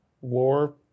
war